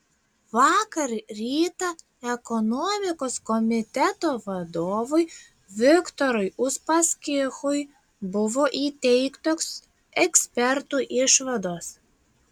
vakar rytą ekonomikos komiteto vadovui viktorui uspaskichui buvo įteiktos ekspertų išvados